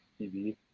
TV